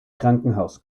krankenhaus